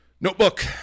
Notebook